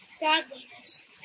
godliness